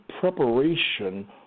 preparation